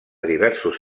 diversos